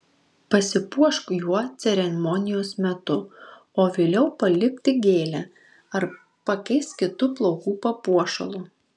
pasipuošk juo ceremonijos metu o vėliau palik tik gėlę ar pakeisk kitu plaukų papuošalu